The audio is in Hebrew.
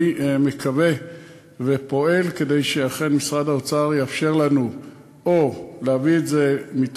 אני מקווה ופועל כדי שמשרד האוצר אכן יאפשר לנו או להביא את זה או